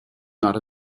not